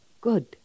Good